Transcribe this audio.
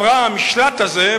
המשלט הזה,